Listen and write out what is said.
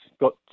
got